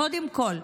קודם כול,